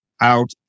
out